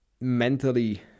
mentally